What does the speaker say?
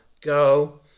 Go